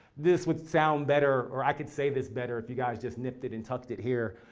this would sound better. or i could say this better if you guys just nipped it and tucked it here.